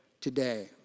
today